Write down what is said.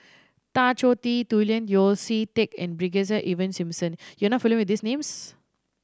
Tan Choh Tee Julian Yeo See Teck and Brigadier Ivan Simson you are not familiar with these names